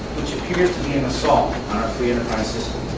which appears to be an assault on our free enterprise system.